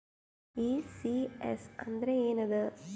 ECS ಅಂದ್ರ ಏನದ?